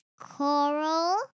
coral